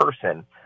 person